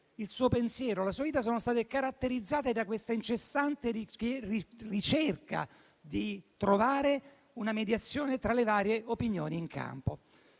il suo pensiero e la sua vita sono stati caratterizzati dall'incessante ricerca volta a trovare una mediazione tra le varie opinioni in campo.